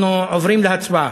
אנחנו עוברים להצבעה.